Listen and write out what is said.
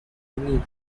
beneath